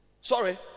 Sorry